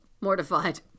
mortified